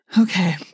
Okay